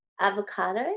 Avocado